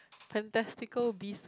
fantastical beast